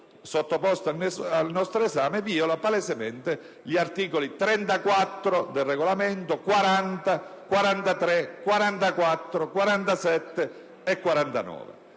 sottoposto al nostro esame, viola palesemente gli articoli 34, 40, 43, 44, 47 e 49